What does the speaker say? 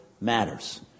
matters